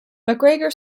macgregor